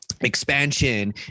Expansion